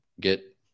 get